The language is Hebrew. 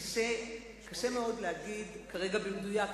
קשה מאוד להגיד כרגע במדויק,